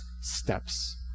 steps